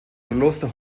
kloster